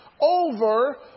over